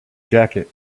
jacket